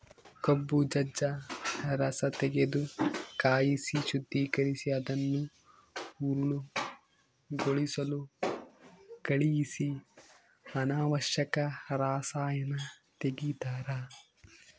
ಕಬ್ಬು ಜಜ್ಜ ರಸತೆಗೆದು ಕಾಯಿಸಿ ಶುದ್ದೀಕರಿಸಿ ಅದನ್ನು ಹರಳುಗೊಳಿಸಲು ಕಳಿಹಿಸಿ ಅನಾವಶ್ಯಕ ರಸಾಯನ ತೆಗಿತಾರ